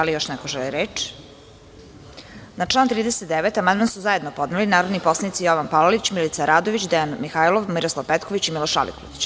Da li još neko želi reč? (Ne) Na član 39. amandman su zajedno podneli narodni poslanici Jovan Palalić, Milica Radović, Dejan Mihajlov, Miroslav Petković i Miloš Aligrudić.